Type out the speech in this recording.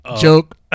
joke